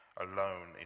alone